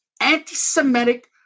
Anti-Semitic